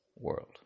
world